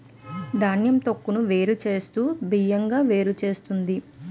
ధాన్యం తొక్కును వేరు చేస్తూ బియ్యం గా చేస్తుంది